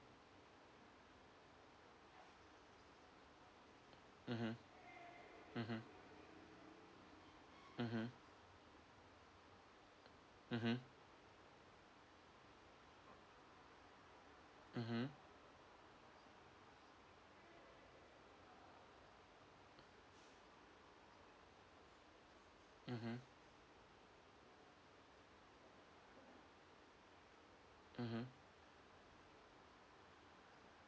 mmhmm mmhmm mmhmm mmhmm mmhmm mmhmm mmhmm